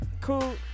cool